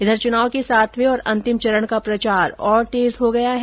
इधर चूनाव के सातवें और अंतिम चरण का प्रचार और तेज हो गया है